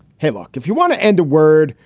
hey, look, if you want to end the word,